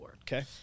Okay